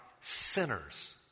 sinners